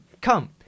Come